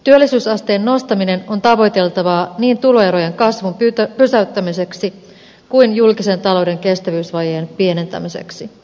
työllisyysasteen nostaminen on tavoiteltavaa niin tuloerojen kasvun pysäyttämiseksi kuin julkisen talouden kestävyysvajeen pienentämiseksi